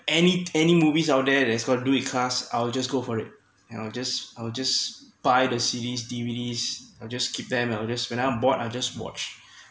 any any movies out there there's got to do with cars I will just go for it and I'll just I'll just buy the series D_V_Ds I'll just keep them I will just when I'm bored I'll just watch